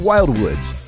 Wildwoods